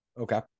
Okay